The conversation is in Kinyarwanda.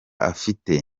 afite